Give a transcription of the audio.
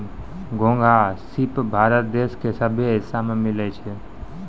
घोंघा, सिप भारत देश के सभ्भे हिस्सा में मिलै छै